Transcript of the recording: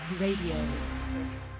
radio